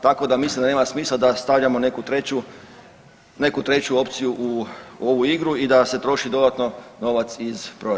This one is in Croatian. Tako da mislim da nema smisla da stavljamo neku treću opciju u ovu igru i da se troši dodatno novac iz proračuna.